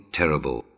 terrible